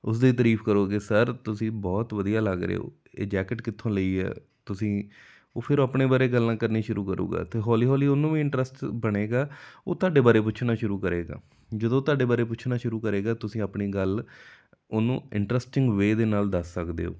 ਉਸਦੀ ਤਾਰੀਫ਼ ਕਰੋਗੇ ਸਰ ਤੁਸੀਂ ਬਹੁਤ ਵਧੀਆ ਲੱਗ ਰਹੇ ਹੋ ਇਹ ਜੈਕਟ ਕਿੱਥੋਂ ਲਈ ਹੈ ਤੁਸੀਂ ਉਹ ਫਿਰ ਆਪਣੇ ਬਾਰੇ ਗੱਲਾਂ ਕਰਨੀਆਂ ਸ਼ੁਰੂ ਕਰੂਗਾ ਅਤੇ ਹੌਲੀ ਹੌਲੀ ਉਹਨੂੰ ਵੀ ਇੰਟਰਸਟ ਬਣੇਗਾ ਉਹ ਤੁਹਾਡੇ ਬਾਰੇ ਪੁੱਛਣਾ ਸ਼ੁਰੂ ਕਰੇਗਾ ਜਦੋਂ ਤੁਹਾਡੇ ਬਾਰੇ ਪੁੱਛਣਾ ਸ਼ੁਰੂ ਕਰੇਗਾ ਤੁਸੀਂ ਆਪਣੀ ਗੱਲ ਉਹਨੂੰ ਇੰਟਰਸਟਿੰਗ ਵੇਅ ਦੇ ਨਾਲ ਦੱਸ ਸਕਦੇ ਹੋ